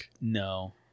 No